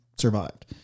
survived